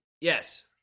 yes